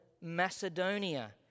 Macedonia